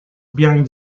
behind